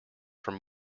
from